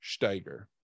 Steiger